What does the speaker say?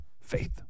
Faith